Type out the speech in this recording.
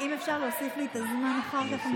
אם אפשר להוסיף לי את הזמן אחר כך,